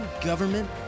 government